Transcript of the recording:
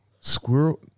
Squirrel